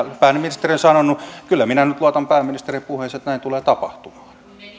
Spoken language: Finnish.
pääministeri on sanonut ja kyllä minä nyt luotan pääministerin puheeseen että näin tulee tapahtumaan